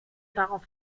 darauf